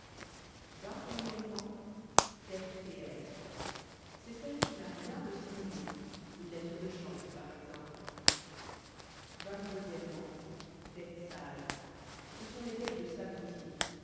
o dette réelle c'est celle qui n'a rien de simulé une lettre de change par exemple o dettes sales ce sont les dettes de savetier